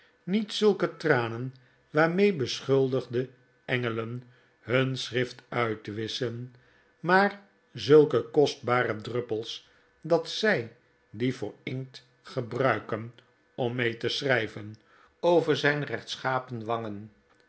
niet zulke tranen waarmee beschuldigende engelen hun schrift uitwisschen maar zulke kostbare druppels dat zij die voor inkt gebruiken om mee te schrijven over zijn rechtschapen wangen